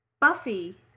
Buffy